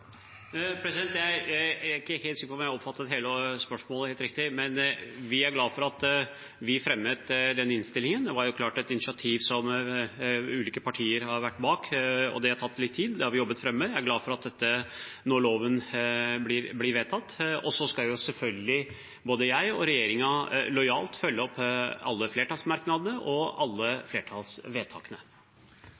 Jeg er ikke sikker på om jeg oppfattet spørsmålet helt riktig, men jeg er glad for at vi fremmet denne proposisjonen. Det var et initiativ som ulike partier sto bak, og det har tatt litt tid. Det har vi jobbet fram. Jeg er glad for at loven nå blir vedtatt, og så skal selvfølgelig både jeg og regjeringen lojalt følge opp alle flertallsmerknadene og alle